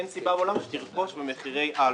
אין סיבה בעולם שתרכוש במחירי אלפא.